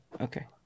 Okay